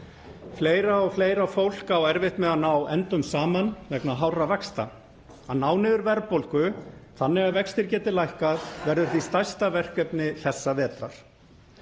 Fleira og fleira fólk á erfitt með að ná endum saman vegna hárra vaxta. Að ná niður verðbólgu þannig að vextir geti lækkað verður því stærsta verkefni þessa vetrar.